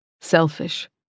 selfish